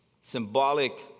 symbolic